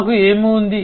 మాకు ఏమి ఉంది